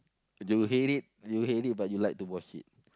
do you hate it do you hate it but you like to wash it